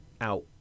out